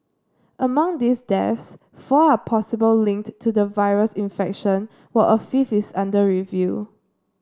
among these deaths four are possible linked to the virus infection while a fifth is under review